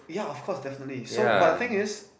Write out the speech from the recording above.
yeah of course definitely so but the thing is